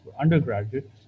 undergraduate